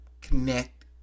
connect